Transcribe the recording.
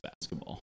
basketball